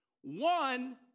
one